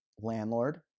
landlord